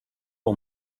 all